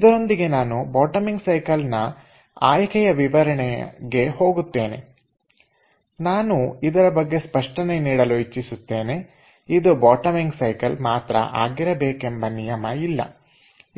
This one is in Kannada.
ಇದರೊಂದಿಗೆ ನಾನು ಬಾಟಮಿಂಗ್ ಸೈಕಲ್ ನ ಆಯ್ಕೆಯ ವಿವರಣೆಗೆ ಹೋಗುತ್ತೇನೆ ನಾನು ಇದರ ಬಗ್ಗೆ ಸ್ಪಷ್ಟನೆ ಒಂದನ್ನು ನೀಡಲು ಇಚ್ಛಿಸುತ್ತೇನೆ ಇದು ಬಾಟಮಿಂಗ್ ಸೈಕಲ್ ಮಾತ್ರ ಆಗಿರಬೇಕೆಂಬ ನಿಯಮ ಇಲ್ಲ